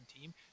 team